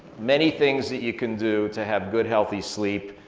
many things that you can do to have good healthy sleep,